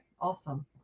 awesome